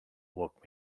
woke